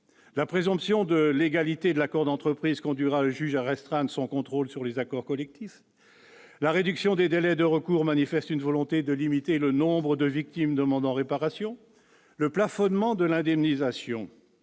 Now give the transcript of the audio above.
La présomption de légalité de l'accord d'entreprise conduira le juge à restreindre son contrôle sur les accords collectifs. La réduction des délais de recours manifeste une volonté de limiter le nombre des victimes demandant réparation. Enfin, le plafonnement de l'indemnisation